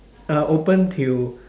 uh open till